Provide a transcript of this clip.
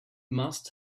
must